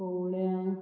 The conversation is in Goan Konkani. कोवळ्या